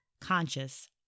conscious